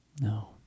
no